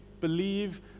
believe